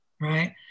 right